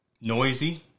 noisy